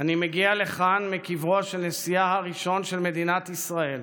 אני מגיע לכאן מקברו של נשיאה הראשון של מדינת ישראל,